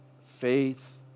faith